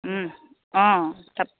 অঁ তাৰপৰা